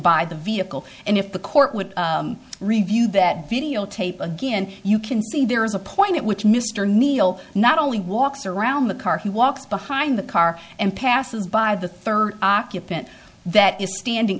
by the vehicle and if the court would review that videotape again you can see there is a point at which mr neil not only walks around the car he walks behind the car and passes by the third occupant that is standing